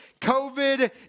COVID